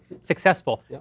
successful